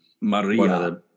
Maria